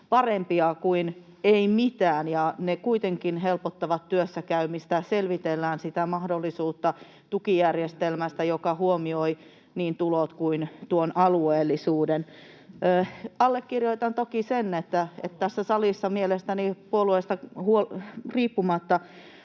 parempia kuin ei mitään, ja ne kuitenkin helpottavat työssäkäymistä. Selvitellään sitä mahdollisuutta tukijärjestelmästä, joka huomioi niin tulot kuin tuon alueellisuuden. Allekirjoitan toki sen, että tässä salissa mielestäni puolueesta riippumatta